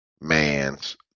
man's